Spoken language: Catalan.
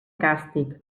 càstig